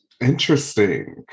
interesting